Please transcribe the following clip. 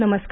नमस्कार